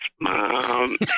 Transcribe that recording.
mom